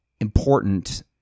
important